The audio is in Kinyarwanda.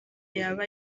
yaba